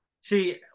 See